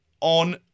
on